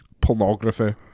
pornography